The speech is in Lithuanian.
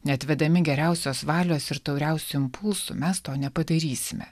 net vedami geriausios valios ir tauriausių impulsų mes to nepadarysime